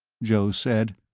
joe said,